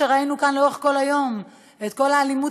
וילדים.